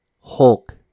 Hulk